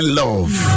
love